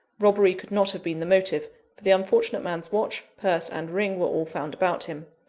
robbery could not have been the motive for the unfortunate man's watch, purse, and ring were all found about him.